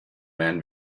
man